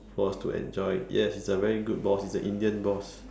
for us to enjoy yes he's a very good boss he's a indian boss